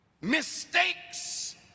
mistakes